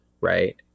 right